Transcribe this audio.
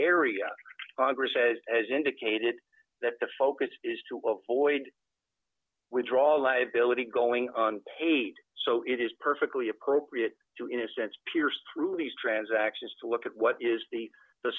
area congress says as indicated that the focus is to avoid withdrawn liability going on paid so it is perfectly appropriate to in a sense pierce through these transactions to look at what is the the